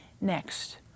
next